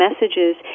messages